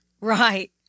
Right